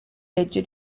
leggi